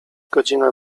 godzina